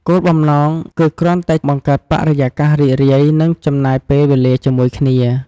គោលបំណង គឺគ្រាន់តែបង្កើតបរិយាកាសរីករាយ និងចំណាយពេលជាមួយគ្នា។